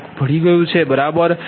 તે ક્યાંક ભળી ગયું છે બરાબર